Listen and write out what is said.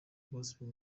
gospel